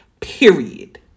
Period